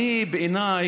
בעיניי,